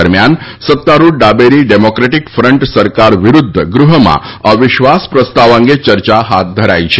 દરમિયાન સત્તારૂઢ ડાબેરી ડેમોક્રેટિક ફન્ટ સરકાર વિરુદ્ધ ગૃહમાં અવિશ્વાસ પ્રસ્તાવ અંગે ચર્ચાહાથ ધરા ઈ છે